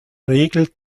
regel